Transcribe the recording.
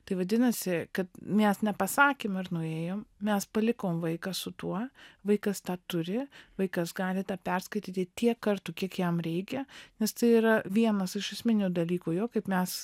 tai vadinasi kad mes nepasakėm ar nuėjom mes palikom vaiką su tuo vaikas tą turi vaikas gali tą perskaityti tiek kartų kiek jam reikia nes tai yra vienas iš esminių dalykų jo kaip mes